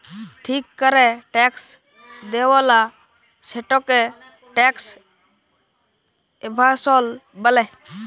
ঠিক ক্যরে ট্যাক্স দেয়লা, সেটকে ট্যাক্স এভাসল ব্যলে